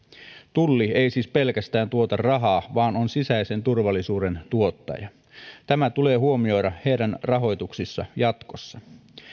tulli ei siis pelkästään tuota rahaa vaan on sisäisen turvallisuuden tuottaja tämä tulee huomioida heidän rahoituksissaan jatkossa